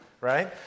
right